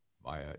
via